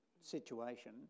situation